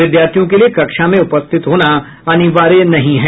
विद्यार्थियों के लिए कक्षा में उपस्थित होना अनिवार्य नहीं है